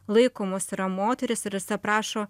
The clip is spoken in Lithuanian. laikomos yra moterys ir jis aprašo